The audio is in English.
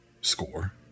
score